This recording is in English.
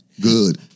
Good